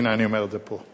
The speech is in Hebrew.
הנה, אני אומר את זה פה.